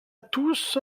tous